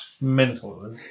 mental